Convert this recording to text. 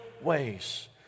ways